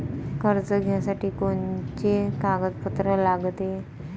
कर्ज घ्यासाठी कोनचे कागदपत्र लागते?